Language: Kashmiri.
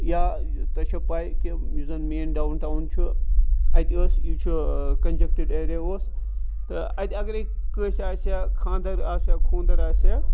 یا تۄہہِ چھو پَے کہِ یُس زَن مین ڈاوُن ٹاوُن چھُ اَتہِ ٲس یہِ چھُ کَنجَکٹٕڈ ایریا اوس تہٕ اَتہِ اَگرَے کٲنٛسہِ آسہِ ہا خاندَر آسہِ ہا خوٗندَر آسہِ ہا